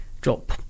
drop